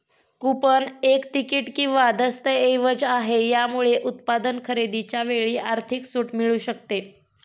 coupon एक ticket किंवा दस्तऐवज आहे, याच्यामुळे उत्पादन खरेदीच्या वेळी आर्थिक सूट मिळू शकते